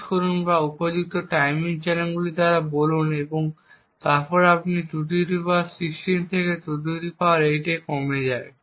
miss করুন বা উপস্থিত টাইমিং চ্যানেলগুলি দ্বারা বলুন এবং তারপর এটি 216 থেকে 28 এ কমে যায়